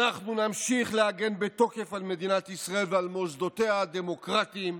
אנחנו נמשיך להגן בתוקף על מדינת ישראל ועל מוסדותיה הדמוקרטיים,